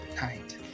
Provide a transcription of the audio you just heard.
night